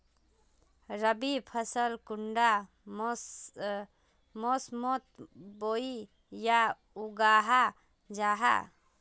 रवि फसल कुंडा मोसमोत बोई या उगाहा जाहा?